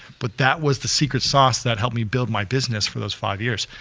but that was the secret sauce that helped me build my business for those five years.